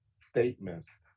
statements